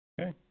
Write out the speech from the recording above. Okay